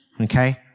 Okay